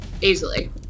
easily